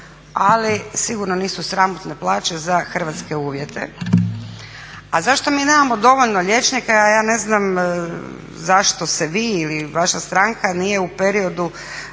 ali sigurno nisu sramotne plaće za hrvatske uvjete. A zašto mi nemamo dovoljno liječnika? Ja ne znam zašto se vi ili vaša stranka nije u periodu